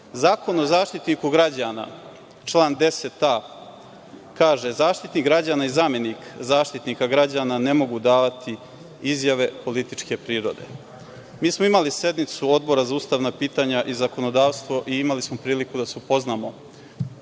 imali. Zakon o Zaštitniku građana, član 10a kaže – Zaštitnik građana i zamenik Zaštitnika građana ne mogu davati izjave političke prirode. Mi smo imali sednicu Odbora za ustavna pitanja i zakonodavstvo i imali smo priliku da se upoznamo